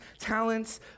talents